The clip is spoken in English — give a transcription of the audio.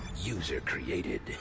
user-created